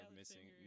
missing